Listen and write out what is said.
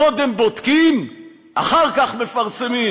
קודם בודקים, אחר כך מפרסמים.